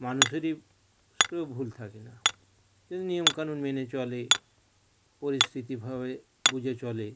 মানুষেরই সেও ভুল থাকে না যদি নিয়মকানুন মেনে চলে পরিস্থিতি ভাবে বুঝে চলে